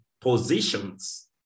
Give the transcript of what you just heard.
positions